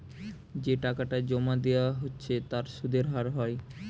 যে টাকাটা জোমা দিয়া হচ্ছে তার সুধের হার হয়